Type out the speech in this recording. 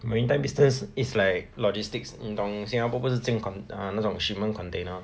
maritime business is like logistics 你懂 singapore 不是进 uh 那种 shipment container